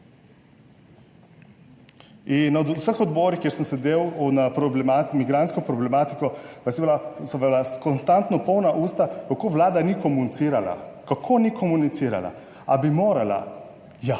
na vseh odborih, kjer sem sedel na migrantsko problematiko, so vas bila konstantno polna usta, kako Vlada ni komunicirala. Kako ni komunicirala? A bi morala? Ja,